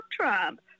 Trump